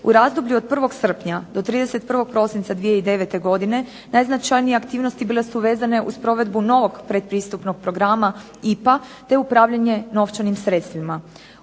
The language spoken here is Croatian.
U razdoblju od 1. srpnja do 31. prosinca 2009. godine, najznačajnije aktivnosti bile su vezane uz program novog predpristupnog programa IPA te upravljanje novčanim sredstvima.